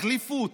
תחליפו אותה.